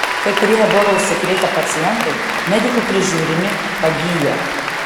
kai kurie ebola užsikrėtę pacientai medikų prižiūrimi pagyja